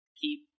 keep